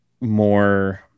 more